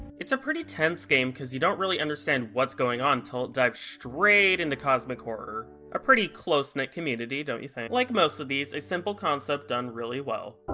it's a pretty tense game because you don't really understand what's going on until it dives straaaight into cosmic horror. a pretty close-knit community, don't you think? like most of these, a simple concept done really well.